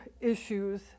issues